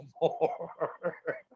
more